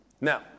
Now